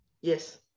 Yes